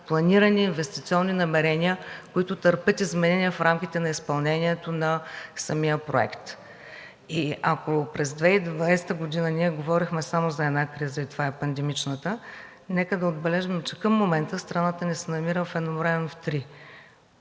планирани инвестиционни намерения, които търпят изменения в рамките на изпълнението на самия проект. Ако през 2020 г. ние говорихме само за една криза и това е пандемичната, нека да отбележим, че към момента страната ни се намира едновременно в три.